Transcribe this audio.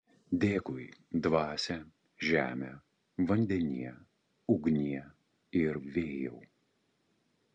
dėkui dvasia žeme vandenie ugnie ir vėjau